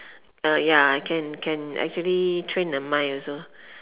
uh ya ya can actually train the mind also